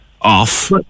off